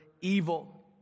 evil